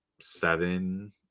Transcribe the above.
seven